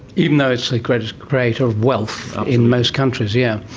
even though it's the greatest creator of wealth in most countries, yeah